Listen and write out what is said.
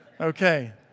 Okay